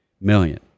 million